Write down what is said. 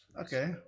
okay